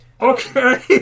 Okay